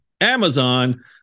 Amazon